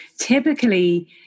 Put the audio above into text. typically